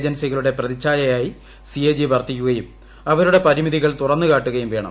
ഏജൻസികളുടെ ഗവൺമെന്റ് പ്രതിച്ഛായയായി C A G വർത്തിക്കുകയും അവരുടെ പരിമിതികൾ തുറന്നുകാട്ടുകയും വേണം